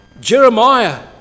Jeremiah